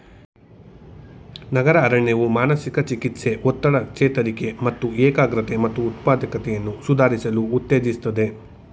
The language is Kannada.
ನಗರ ಅರಣ್ಯವು ಮಾನಸಿಕ ಚಿಕಿತ್ಸೆ ಒತ್ತಡ ಚೇತರಿಕೆ ಮತ್ತು ಏಕಾಗ್ರತೆ ಮತ್ತು ಉತ್ಪಾದಕತೆಯನ್ನು ಸುಧಾರಿಸಲು ಉತ್ತೇಜಿಸ್ತದೆ